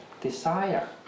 desire